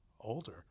older